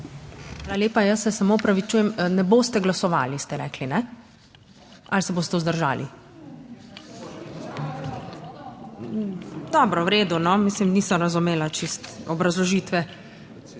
Hvala lepa, jaz se samo opravičujem, ne boste glasovali, ste rekli ne. Ali se boste vzdržali? Dobro, v redu, no, mislim, nisem razumela čisto obrazložitve...